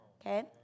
okay